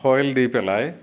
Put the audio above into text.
foil দি পেলায়